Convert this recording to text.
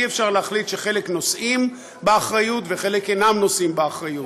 אי-אפשר להחליט שחלק נושאים באחריות וחלק אינם נושאים באחריות.